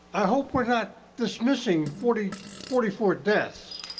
i hope we're not dismissing forty forty four deaths.